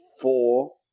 four